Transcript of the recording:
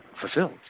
fulfilled